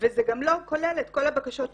וזה גם לא כולל את כל הבקשות שהוגשו,